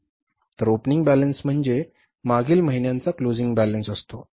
तर opening balance म्हणजे मागील महिन्यांचा क्लोजिंग बॅलन्स असतो